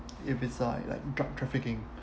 if it's like drug trafficking